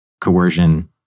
Coercion